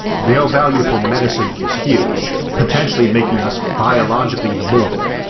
their value for medicine is huge, potentially making us biologically immortal,